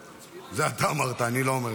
זה אתה אמרת, אני לא אומר.